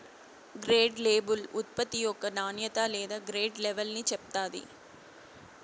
grade label ఉత్పత్తి యొక్క నాణ్యత లేదా గ్రేడ్ లెవల్ని చెప్తాది